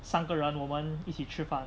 三个人我们一起吃饭